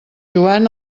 joan